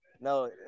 No